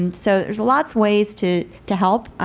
and so there's lots ways to to help,